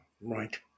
Right